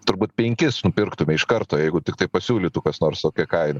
turbūt penkis nupirktume iš karto jeigu tiktai pasiūlytų kas nors tokią kainą